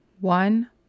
One